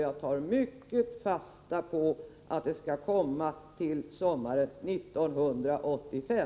Jag tar dock fasta på att ett beslut skall komma till sommaren 1985.